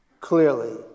Clearly